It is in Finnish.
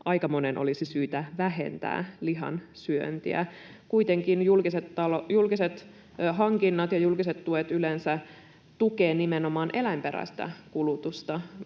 aika monen olisi syytä vähentää lihan syöntiä. Kuitenkin julkiset hankinnat ja julkiset tuet yleensä tukevat nimenomaan eläinperäistä kulutusta,